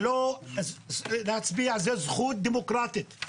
הרי להצביע זו זכות דמוקרטית,